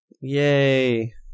Yay